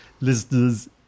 listeners